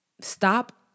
Stop